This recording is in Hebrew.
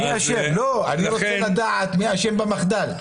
אני רוצה לדעת מי אשם במחדל.